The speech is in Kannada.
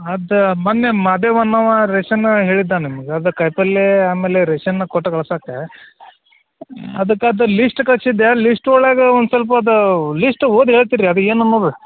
ಅದು ಮೊನ್ನೆ ಮಾದೇವ ಅನ್ನುವ ರೇಶನ್ನ ಹೇಳಿದ್ದ ನಿಮಗೆ ಅದು ಕಾಯಿಪಲ್ಲೆ ಆಮೇಲೆ ರೇಶನ್ನ ಕೊಟ್ಟು ಕಳ್ಸೋಕ್ಕೆ ಅದಕ್ಕೆ ಅದು ಲೀಸ್ಟ್ ಕಳಿಸಿದ್ದೆ ಲೀಸ್ಟ್ ಒಳಗೆ ಒಂದು ಸ್ವಲ್ಪ ಅದು ಲೀಸ್ಟ್ ಓದಿ ಹೇಳ್ತಿರಾ ಅದು ಏನು ಅನ್ನೋದು